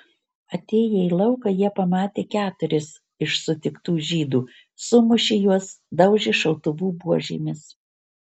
atėję į lauką jie pamatė keturis iš sutiktų žydų sumušė juos daužė šautuvų buožėmis